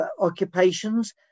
occupations